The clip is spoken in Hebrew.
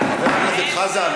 חבר הכנסת חזן,